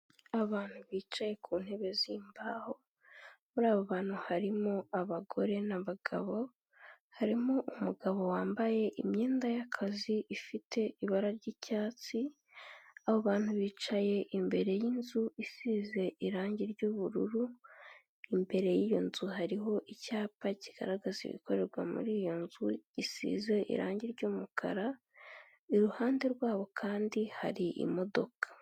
Abantu bicaye ku ntebe z'imbaho, muri abo bantu harimo abagore n'abagabo, harimo umugabo wambaye imyenda y'akazi ifite ibara ryicyatsi, abo bantu bicaye imbere y'inzu isize irangi ry'ubururu, imbere y'iyo nzu hariho icyapa kigaragaza ibikorerwa muri iyo nzu gisize irangi ry'umukara, iruhande rwabo kandi hari imodoka.